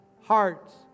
hearts